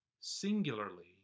singularly